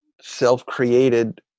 self-created